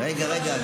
רגע, רגע.